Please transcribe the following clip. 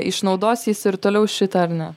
išnaudos jis ir toliau šitą ar ne